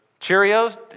Cheerios